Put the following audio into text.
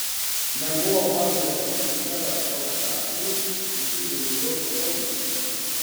nebuvau pakviesta pas serą eustachijų iki vėlyvos popietės